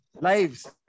lives